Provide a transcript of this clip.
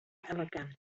elgan